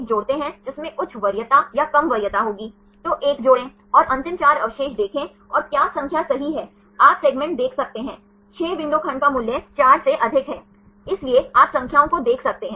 तो आप देख सकते हैं कि अधिक घुमाव हैं सही उन्हें एक बीटा शीट प्राप्त करने की अनुमति है यह आप देख सकते हैं कि यह मुख्य रूप से 180 क्षेत्रों और 180 क्षेत्रों के आसपास है